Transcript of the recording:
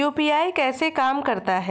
UPI कैसे काम करता है?